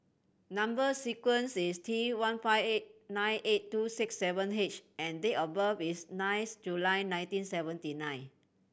number sequence is T one five eight nine eight two six seven H and date of birth is ninth July nineteen seventy nine